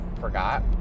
forgot